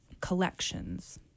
collections